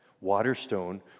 Waterstone